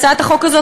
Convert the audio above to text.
הצעת החוק הזאת